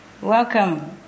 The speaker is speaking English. Welcome